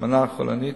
בהשמנה החולנית,